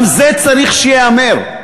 גם זה צריך שייאמר.